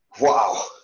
Wow